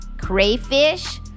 crayfish